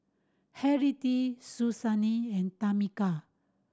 Henriette Suzanne and Tameka